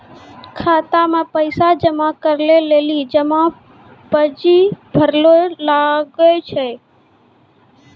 खाता मे पैसा जमा करै लेली जमा पर्ची भरैल लागै छै